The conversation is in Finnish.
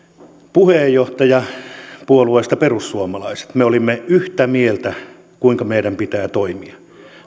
puheenjohtaja perussuomalaisesta puolueesta me olimme yhtä mieltä siitä kuinka meidän pitää toimia